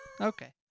Okay